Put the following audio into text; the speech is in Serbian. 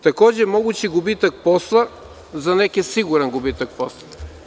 Takođe je mogući gubitak posla, za neke je siguran gubitak posla.